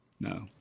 No